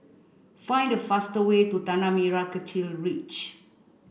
find the fastest way to Tanah Merah Kechil Ridge